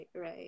Right